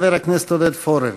חבר הכנסת עודד פורר.